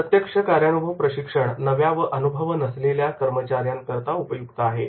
प्रत्यक्ष कार्यानुभव प्रशिक्षण नव्या व अनुभव नसलेल्या कर्मचाऱ्यांकरिता उपयुक आहे